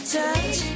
touch